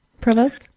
Provost